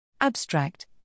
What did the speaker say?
Abstract